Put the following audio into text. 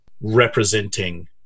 representing